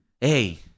hey